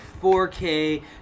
4K